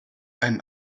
ein